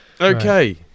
Okay